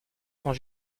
sont